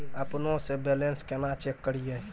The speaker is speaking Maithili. अपनों से बैलेंस केना चेक करियै?